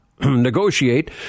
negotiate